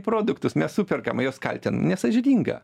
produktus mes superkam o juos kaltinam nesąžininga